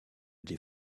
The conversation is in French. des